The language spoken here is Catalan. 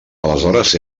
aleshores